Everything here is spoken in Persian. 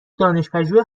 دانشپژوه